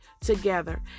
together